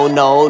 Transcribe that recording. no